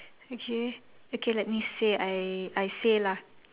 okay okay let me say I I say lah